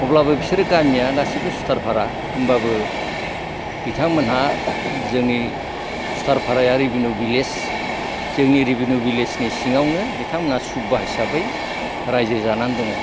अब्लाबो बिसोर गामिया गासिबो सुथारफारा होमबाबो बिथांमोनहा जोंनि सुथारफाराया रिबेनिउ बिलेज जोंनि रिबेनिउ बिलेज सिङावनो बिथां सुबा हिसाबै रायजो जानानै दङ